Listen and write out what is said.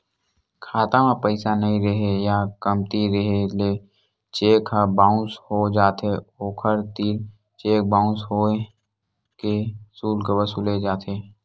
खाता म पइसा नइ रेहे या कमती रेहे ले चेक ह बाउंस हो जाथे, ओखर तीर चेक बाउंस होए के सुल्क वसूले जाथे